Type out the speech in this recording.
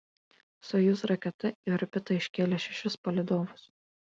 sojuz raketa į orbitą iškėlė šešis palydovus